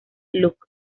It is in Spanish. look